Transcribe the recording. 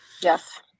Yes